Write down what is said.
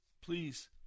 Please